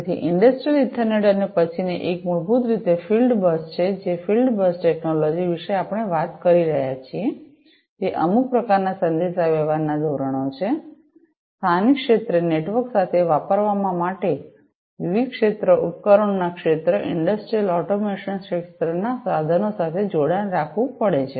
તેથી industrial ethernet અને પછીની એક મૂળભૂત રીતે ફીલ્ડ બસ છે જે ફીલ્ડ બસ ટેક્નોલોજી વિશે આપણે વાત કરી રહ્યા છીએ તે અમુક પ્રકારના સંદેશાવ્યવહારના ધોરણો છે સ્થાનિક ક્ષેત્રે નેટવર્ક સાથે વાપરવા માટે વિવિધ ક્ષેત્ર ઉપકરણોના ક્ષેત્ર ઇંડસ્ટ્રિયલ ઓટોમેશન ક્ષેત્રના સાધનો સાથે જોડાણ રાખવું પડે છે